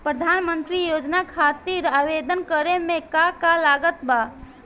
प्रधानमंत्री योजना खातिर आवेदन करे मे का का लागत बा?